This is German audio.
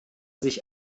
sich